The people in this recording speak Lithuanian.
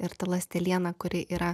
ir ta ląsteliena kuri yra